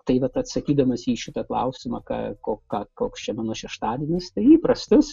tai vat atsakydamas į šitą klausimą ką ko ka koks čia mano šeštadienis tai įprastas